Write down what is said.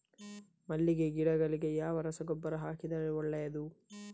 ಮಲ್ಲಿಗೆ ಗಿಡಗಳಿಗೆ ಯಾವ ರಸಗೊಬ್ಬರ ಹಾಕಿದರೆ ಒಳ್ಳೆಯದು?